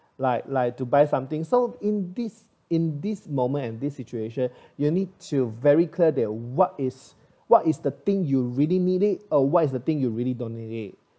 like like to buy something so in this in this moment and this situation you need to very clear that what is what is the thing you really need it or what is the thing you really don't need it